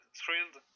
thrilled